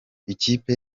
ikipe